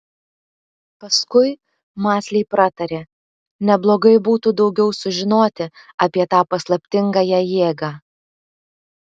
paskui mąsliai pratarė neblogai būtų daugiau sužinoti apie tą paslaptingąją jėgą